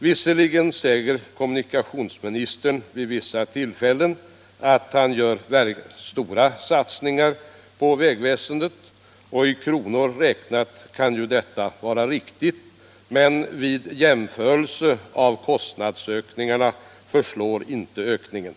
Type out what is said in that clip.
Visserligen säger kommunikationsministern vid vissa tillfällen, att han gör verkligt stora satsningar på vägväsendet. I kronor räknat kan detta vara riktigt, men vid jämförelse med kostnadsökningarna förslår inte ökningen.